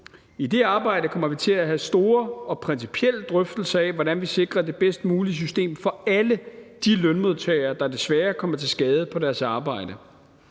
I det arbejde kommer vi til at have store og principielle drøftelser af, hvordan vi sikrer det bedst mulige system for alle de lønmodtagere, der desværre kommer til skade på deres arbejde.